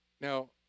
Now